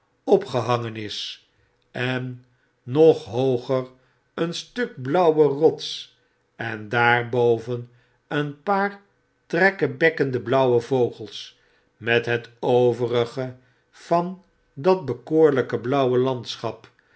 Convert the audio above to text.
opgehangen is en nog hooger een stuk blauwe rots en daarboven een paar trekkebekkende blauwe vogels met het overige van dat bekoorlijke blauwe landschap